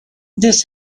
this